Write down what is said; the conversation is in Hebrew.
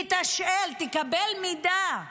תתשאל, תקבל מידע.